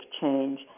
change